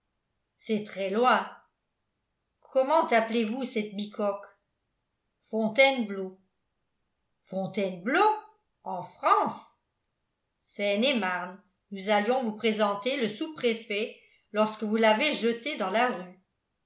c'est très loin comment appelez-vous cette bicoque fontainebleau fontainebleau en france seine-et-marne nous allions vous présenter le sous-préfet lorsque vous l'avez jeté dans la rue